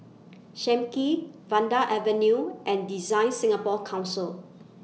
SAM Kee Vanda Avenue and Design Singapore Council